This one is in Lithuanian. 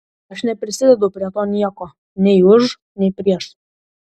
aš neprisidedu prie to niekuo nei už nei prieš